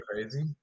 crazy